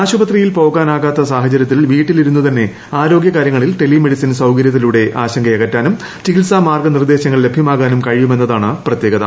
ആശുപത്രിയിൽ പോകാനാകാത്ത സാഹചര്യത്തിൽ വീട്ടിലിരുന്നുതന്നെ ആരോഗൃകാരൃങ്ങളിൽ ടെലിമെഡിസിൻ സൌകര്യത്തിലൂടെ ആശങ്കയകറ്റാനും ചികിത്സാ മാർഗനിർദേശങ്ങൾ ലഭ്യമാകാനും കഴിയുമെന്നതാണ് പ്രത്യേകത